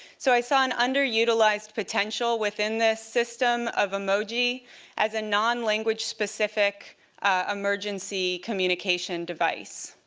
so i saw an underutilized potential within this system of emoji as a non-language-specific emergency communication device.